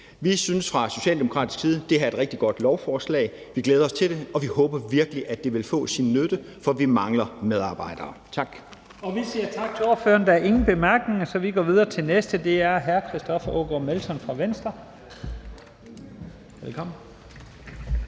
Vi synes fra socialdemokratisk side, at det her er rigtig godt lovforslag, vi glæder os til det, og vi håber virkelig, at det vil gøre nytte, for vi mangler medarbejdere. Tak.